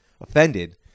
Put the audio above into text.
Offended